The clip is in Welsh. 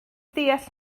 deall